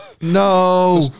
No